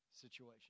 situation